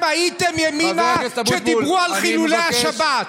איפה אתם הייתם, ימינה, כשדיברו על חילולי השבת?